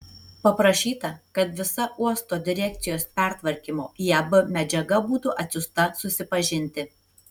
paprašyta kad visa uosto direkcijos pertvarkymo į ab medžiaga būtų atsiųsta susipažinti